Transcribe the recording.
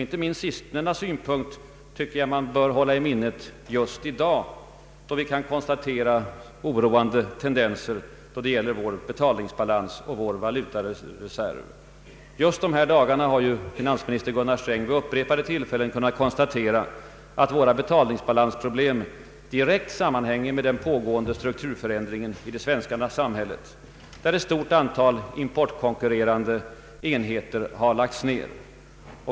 Inte minst sistnämnda synpunkt bör man hålla i minnet just i dag då vi kan konstatera oroande tendenser då det gäller vår betalningsbalans och valutareserv. Finansminister Gunnar Sträng har ju vid upprepade tillfällen konstaterat att våra betalningsbalansproblem direkt sammanhänger med den pågående strukturförändringen i det svenska samhället, där ett stort antal importkonkurrerande enheter har lagts ned.